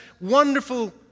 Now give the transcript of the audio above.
wonderful